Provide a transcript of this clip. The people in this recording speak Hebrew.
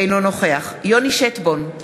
אינו נוכח יוני שטבון,